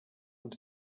want